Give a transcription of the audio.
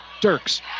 Dirks